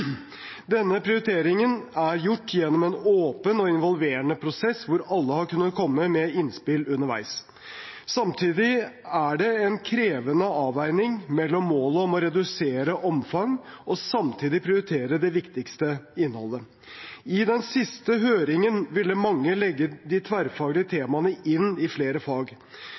Denne prioriteringen er gjort gjennom en åpen og involverende prosess der alle har kunnet komme med innspill underveis. Samtidig er det en krevende avveining mellom målet om å redusere omfang og samtidig prioritere det viktigste innholdet. I den siste høringen ville mange legge de tverrfaglige temaene inn i flere fag.